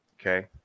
okay